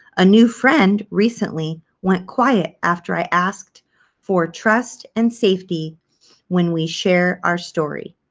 a new friend recently went quiet after i asked for trust and safety when we share our story.